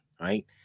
right